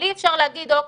אבל אי אפשר להגיד אוקיי,